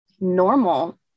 normal